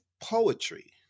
Poetry